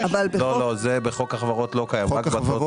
לא, לא, זה בחוק החברות לא קיים, רק בטוטו.